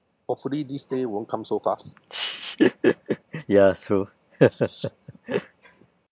ya is true